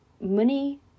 money